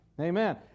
Amen